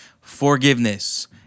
forgiveness